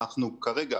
אנחנו כרגע